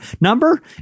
number